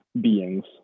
beings